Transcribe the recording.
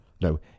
No